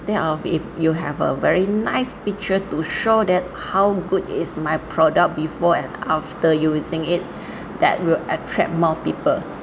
instead of if you have a very nice picture to show that how good is my product before and after using it that will attract more people